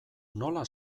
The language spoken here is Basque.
nola